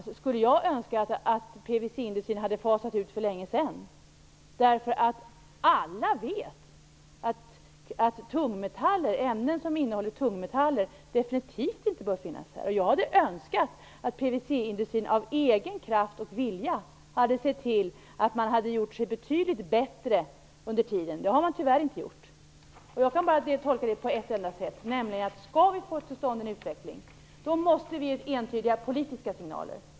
Dessutom skulle jag önska att PVC-industrin för länge sedan hade fasat ut de additiv som används. Alla vet att ämnen som innehåller tungmetaller definitivt inte bör finnas i omlopp, och jag hade önskat att PVC-industrin av egen kraft och vilja hade gjort betydligt bättre ifrån sig på den punkten. Det har man tyvärr inte gjort. Jag kan tolka detta bara på ett enda sätt, nämligen att om vi skall få till stånd en utveckling, måste vi ge entydiga politiska signaler.